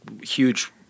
huge